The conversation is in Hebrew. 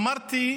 אמרתי: